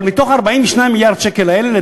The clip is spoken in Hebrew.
אבל בתוך 42 מיליארד השקל האלה יש,